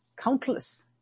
countless